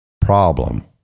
Problem